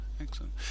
excellent